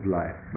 life